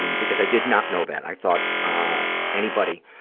um because i did not know that. i thought ah anybody